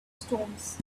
stones